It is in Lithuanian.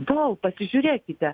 tol pasižiūrėkite